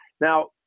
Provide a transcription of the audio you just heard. Now